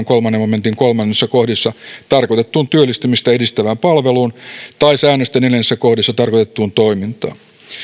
kolmannen momentin kolmannessa kohdissa tarkoitettuun työllistymistä edistävään palveluun tai säännösten neljännessä kohdissa tarkoitettuun toimintaan